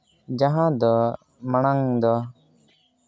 ᱡᱟᱦᱟᱸ ᱫᱚ ᱢᱟᱲᱟᱝ ᱫᱚ